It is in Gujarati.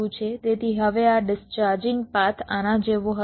તેથી હવે આ ડિસ્ચાર્જિંગ પાથ આના જેવો હશે